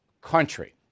country